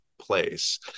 place